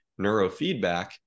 Neurofeedback